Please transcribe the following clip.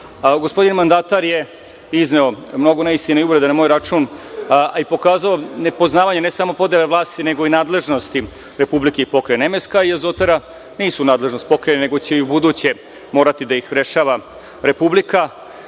mandatar je izneo mnogo neistina i uvreda na moj račun i pokazao nepoznavanje ne samo podele vlasti, nego i nadležnosti Republike i Pokrajine. Azotara i MSK nisu nadležnost Pokrajine, nego će i ubuduće morati da ih rešava Republika.